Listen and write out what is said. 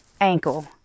ankle